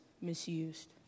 misused